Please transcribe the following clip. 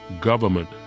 government